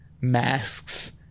masks